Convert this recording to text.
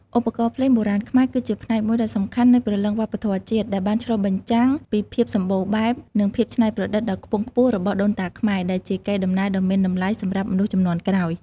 ឧបករណ៍ភ្លេងបុរាណខ្មែរ គឺជាផ្នែកមួយដ៏សំខាន់នៃព្រលឹងវប្បធម៌ជាតិ ដែលបានឆ្លុះបញ្ចាំងពីភាពសម្បូរបែប និងភាពច្នៃប្រឌិតដ៏ខ្ពង់ខ្ពស់របស់ដូនតាខ្មែរ ដែលជាកេរដំណែលដ៏មានតម្លៃសម្រាប់មនុស្សជំនាន់ក្រោយ។